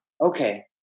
Okay